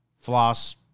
Floss